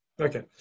Okay